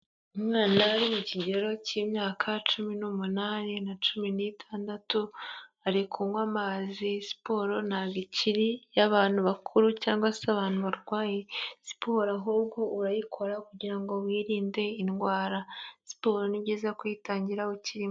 Umwana ari mu kigero k'imyaka cumi n'umunani na cumi n'itandatu, ari kunywa amazi. Siporo ntabwo ikiri iy'abantu bakuru cyangwa se abantu barwaye, siporo ahubwo urayikora kugira ngo wirinde indwara, siporo ni byiza kuyitangira ukiri mu...